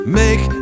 make